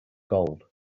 gold